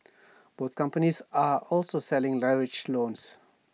both companies are also selling leveraged loans